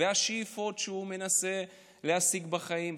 והשאיפות שהוא מנסה להשיג בחיים,